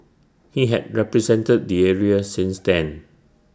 he had represented the area since then